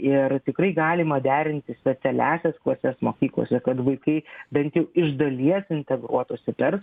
ir tikrai galima derinti specialiąsias klases mokyklose kad vaikai bent jau iš dalies integruotųsi per